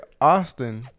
Austin